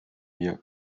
wir